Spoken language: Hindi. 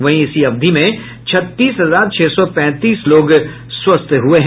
वहीं इसी अवधि में छत्तीस हजार छह सौ पैंतीस लोग स्वस्थ हुए हैं